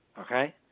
okay